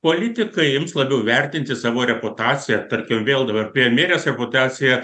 politikai ims labiau vertinti savo reputaciją tarkim vėl dabar premjerės reputacija